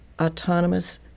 autonomous